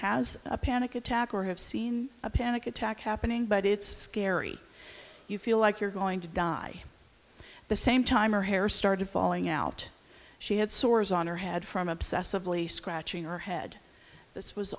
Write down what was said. has a panic attack or have seen a panic attack happening but it's scary you feel like you're going to die the same time her hair started falling out she had sores on her head from obsessive lee scratching her head this was